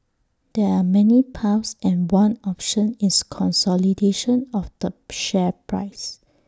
there are many paths and one option is consolidation of the share price